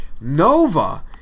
Nova